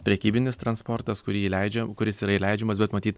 prekybinis transportas kurį įleidžia kuris yra įleidžiamas bet matyt